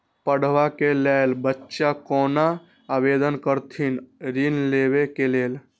पढ़वा कै लैल बच्चा कैना आवेदन करथिन ऋण लेवा के लेल?